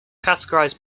categorized